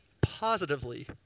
positively